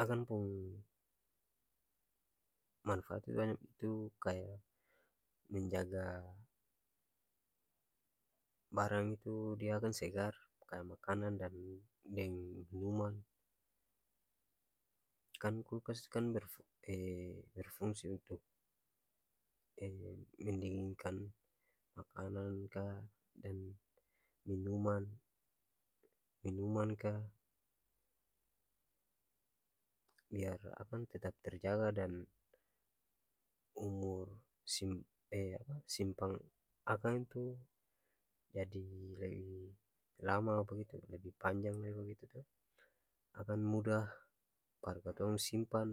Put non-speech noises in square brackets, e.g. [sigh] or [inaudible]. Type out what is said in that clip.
Akang pung manfaat tu itu kaya menjaga barang dia akang segar kaya makang dan deng minuman kan kulkas kan berfu [hesitation] berfungsi untuk [hesitation] mendinginkan makanan ka dan minuman minuman-ka biar akang tetap tejaga dan umur si [hesitation] simpang akang itu jadi lebi lama begitu lebi panjang lai begitu to akang mudah par katong simpan